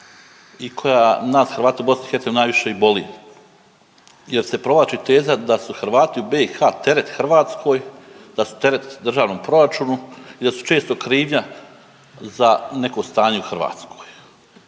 i koja nas Hrvate u BiH najviše i boli jer se provlači teza da su Hrvati u BiH teret Hrvatskoj, da su teret državnom proračunu i da su često krivnja za neko stanje u Hrvatskoj.